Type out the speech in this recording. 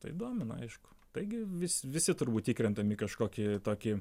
tai domina aišku taigi vis visi turbūt įkrentam į kažkokį tokį